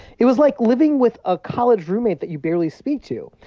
it was like living with a college roommate that you barely speak to,